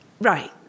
Right